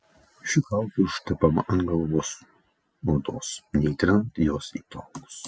ši kaukė užtepama ant galvos odos neįtrinant jos į plaukus